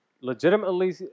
legitimately